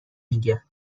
میگه